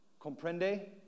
Comprende